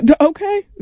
okay